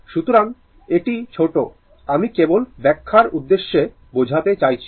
সুতরাং এটি ছোট আমি কেবল ব্যাখ্যার উদ্দেশ্যে বোঝাতে চাইছি